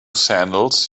sandals